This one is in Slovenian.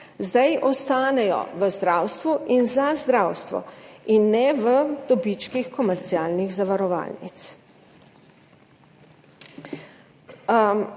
zdaj ostanejo v zdravstvu in za zdravstvo in ne v dobičkih komercialnih zavarovalnic.